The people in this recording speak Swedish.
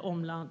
omgivning.